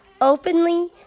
openly